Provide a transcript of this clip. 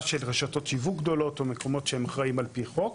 של רשתות שיווק גדולות או מקומות שהם אחראים על פי חוק.